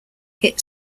hit